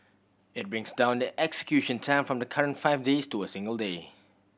it brings down the execution time from the current five days to a single day